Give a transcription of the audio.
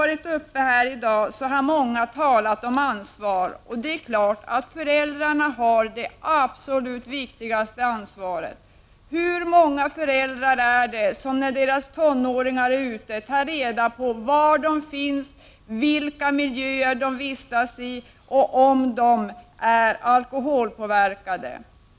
Många av deltagarna i debatten här i dag har talat om ansvar, och det är klart att föräldrarna har det absolut viktigaste ansvaret. Hur många föräldrar är det som, när deras tonåringar är ute, tar reda på var de finns, vilka miljöer de vistas i, och om de är alkoholpåverkade?